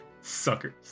Suckers